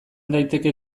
daiteke